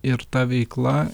ir ta veikla